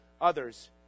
others